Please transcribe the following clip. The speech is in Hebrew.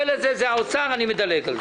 זה בקשה של משרד האוצר ואני מדלג עליה.